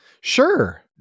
Sure